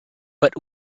but